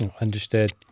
Understood